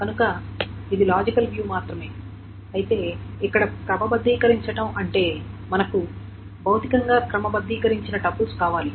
కనుక ఇది logical view మాత్రమే అయితే ఇక్కడ క్రమబద్ధీకరించడం అంటే మనకు భౌతికంగా క్రమబద్ధీకరించబడిన టపుల్స్ కావాలి